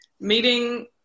meeting